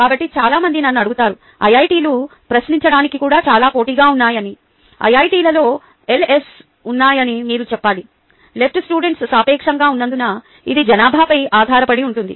కాబట్టి చాలా మంది నన్ను అడుగుతారు ఐఐటిలు ప్రవేశించడానికి కూడా చాలా పోటీగా ఉన్నాయని ఐఐటిలలో LS ఉన్నాయని మీరు చెప్పాలి LS సాపేక్షంగా ఉన్నందున ఇది జనాభాపై ఆధారపడి ఉంటుంది